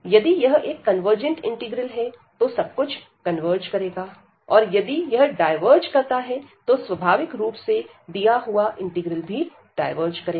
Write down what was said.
यदि यह एक कन्वर्जेंट इंटीग्रल है तो सब कुछ कन्वर्ज करेगा और यदि यह डायवर्ज करता है तो स्वभाविक रूप से दिया हुआ इंटीग्रल भी डायवर्ज करेगा